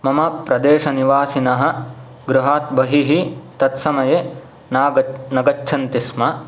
मम प्रदेशनिवासिनः गृहात् बहिः तत्समये नागत् न गच्छन्तिस्म